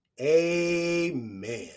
Amen